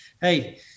hey